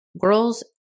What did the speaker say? Girls